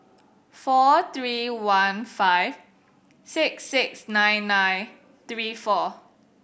four three one five six six nine nine three four